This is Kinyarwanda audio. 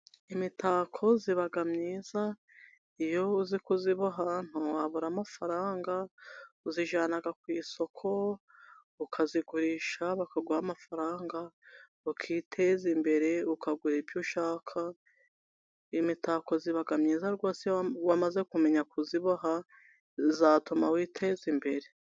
Imitako iba myiza, iyo uzi kuziboha ntabwo wabura amafaranga, uzijyana ku isoko, ukazigurisha bakaguha amafaranga, ukiteza imbere, ukagura ibyo ushaka, imitako iba myiza rwose iyo wamaze kumenya kuyiboha, yatuma witeza imbere.